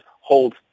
hold